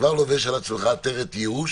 כבר לובש על עצמך עטרת ייאוש.